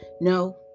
No